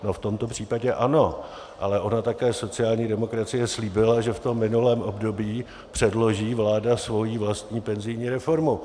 No, v tomto případě ano, ale ona také sociální demokracie slíbila, že v tom minulém období předloží vláda svoji vlastní penzijní reformu.